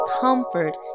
comfort